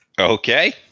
okay